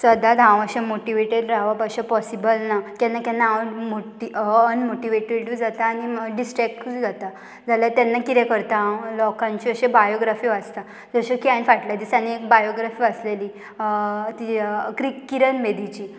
सदांच हांव अशें मोटिवेटेड रावप अशें पॉसिबल ना केन्ना केन्ना हांव मोटी अनमोटिवेटेडूय जाता आनी डिस्ट्रेक्टूय जाता जाल्यार तेन्ना कितें करता हांव लोकांचे अशे बायोग्राफी वाचता जशे की हांवें फाटल्या दिसांनी एक बायोग्राफी वाचलेली क्रिक किरन बेदीची